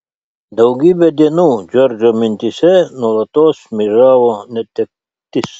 daugybę dienų džordžo mintyse nuolatos šmėžavo netektis